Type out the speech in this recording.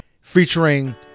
featuring